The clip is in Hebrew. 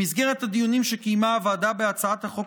במסגרת הדיונים שקיימה הוועדה בהצעת החוק